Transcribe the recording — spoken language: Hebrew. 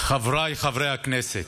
חבריי חברי הכנסת,